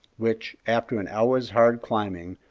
which, after an hour's hard climbing,